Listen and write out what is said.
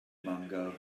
mango